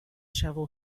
shovel